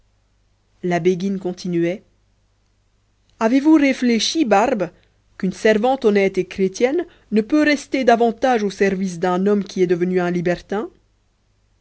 la béguine continuait avez-vous réfléchi barbe qu'une servante honnête et chrétienne ne peut pas rester davantage au service d'un homme qui est devenu un libertin